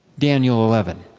daniel eleven.